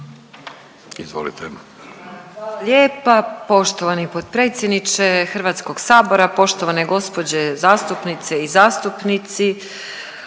Izvolite,